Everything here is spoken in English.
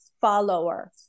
follower